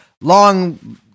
long